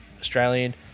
Australian